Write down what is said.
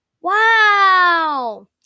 Wow